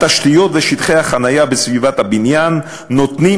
התשתיות ושטחי החניה בסביבת הבניין נותנים